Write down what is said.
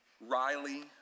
Riley